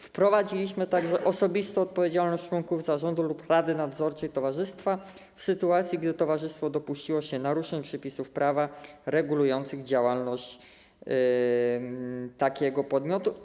Wprowadziliśmy także osobistą odpowiedzialność członków zarządu lub rady nadzorczej towarzystwa w sytuacji, gdy towarzystwo dopuściło się naruszeń przepisów prawa regulujących działalność takiego podmiotu.